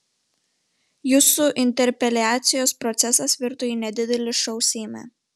jūsų interpeliacijos procesas virto į nedidelį šou seime